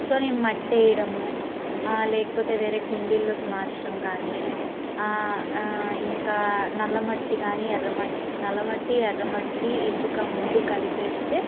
so నేను మట్టి వేయడము లేకపోతే వేరే కుండిలోకి మార్చడము కాని ఇంకా నల్లమట్టి కాని ఎర్రమట్టి నల్లమట్టి ఎర్రమట్టి ఇసుక మూడు కలిపేస్తే